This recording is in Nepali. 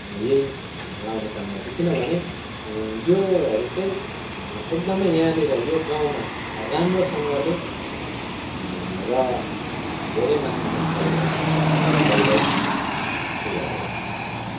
यही लगाउने काम गर्छु किनभने योहरू चाहिँ एकदमै यहाँनिर यो गाउँमा राम्रोसँगले र धेरै मात्रामा फल्ने फल र फुलहरू हो